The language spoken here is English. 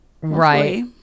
right